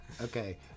okay